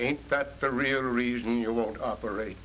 ain't that the real reason you won't operate